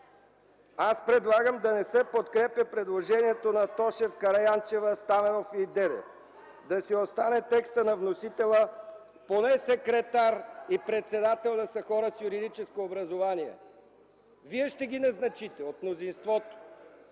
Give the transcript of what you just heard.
Аз предлагам да не се подкрепя предложението на Тошев, Караянчева, Стаменов и Дедев. Да си остане текстът на вносителя – поне секретар и председател да са хора с юридическо образование. Вие от мнозинството